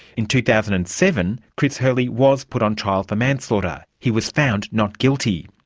in two thousand and seven, chris hurley was put on trial for manslaughter. he was found not guilty.